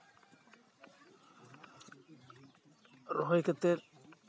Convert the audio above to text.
ᱨᱚᱦᱚᱭ ᱠᱟᱛᱮᱫ